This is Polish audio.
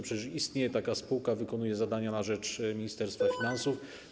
Przecież istnieje taka spółka, wykonuje zadania na rzecz Ministerstwa Finansów.